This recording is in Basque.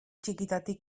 txikitatik